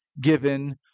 given